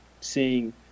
seeing